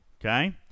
Okay